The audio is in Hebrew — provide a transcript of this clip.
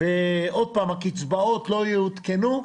ועוד פעם הקצבאות לא יעודכנו,